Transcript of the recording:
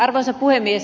arvoisa puhemies